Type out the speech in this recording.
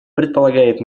предполагает